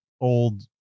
old